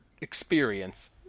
experience